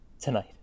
tonight